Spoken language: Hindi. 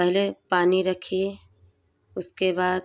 पहले पानी रखिए उसके बाद